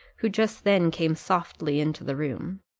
who just then came softly into the room,